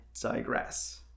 digress